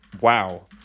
wow